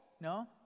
no